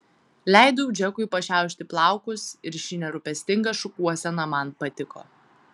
leidau džekui pašiaušti plaukus ir ši nerūpestinga šukuosena man patiko